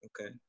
okay